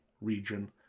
region